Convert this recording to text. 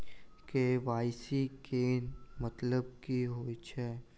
KYC केँ मतलब की होइ छै?